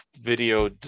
video